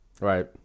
Right